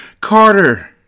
Carter